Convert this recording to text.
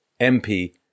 MP